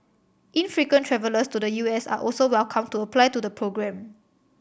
infrequent travellers to the U S are also welcome to apply to the programme